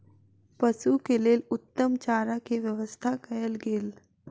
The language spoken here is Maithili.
पशु के लेल उत्तम चारा के व्यवस्था कयल गेल